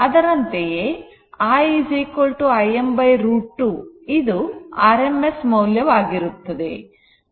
ಅದರಂತೆಯೇ I Im √ 2 ಇದು rms ಮೌಲ್ಯ ಆಗಿರುತ್ತದೆ